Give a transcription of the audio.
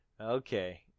Okay